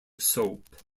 soap